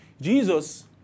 Jesus